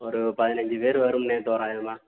ஒரு பதினஞ்சு பேர் வரும்ணே தோராயமாக